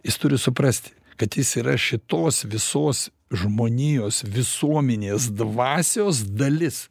jis turi suprasti kad jis yra šitos visos žmonijos visuomenės dvasios dalis